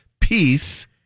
peace